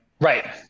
Right